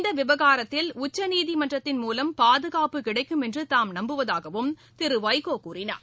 இந்த விவகாரத்தில் உச்சநீதிமன்றத்தின் மூலம் பாதுகாப்பு கிடைக்கும் என்று தாம் நம்புவதாகவும் திரு வைகோ கூறினார்